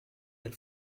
del